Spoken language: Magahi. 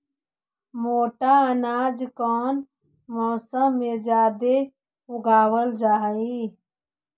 मोटा अनाज कौन मौसम में जादे उगावल जा हई?